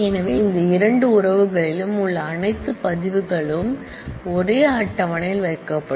எனவே இந்த இரண்டு ரிலேஷன்களிலும் உள்ள அனைத்து ரெக்கார்ட் களும் ஒரே டேபிள் யில் வைக்கப்படும்